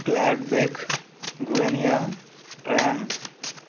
Gladbeck గవనియా Tron